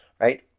right